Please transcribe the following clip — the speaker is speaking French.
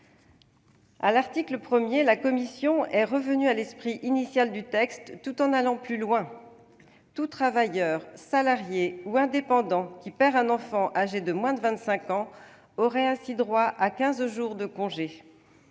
de l'article 1, la commission est revenue à l'esprit initial du texte, tout en allant plus loin. Tout travailleur, salarié ou indépendant, qui perd un enfant âgé de moins de 25 ans aurait ainsi droit à quinze jours de congé.